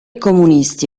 comunisti